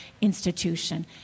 institution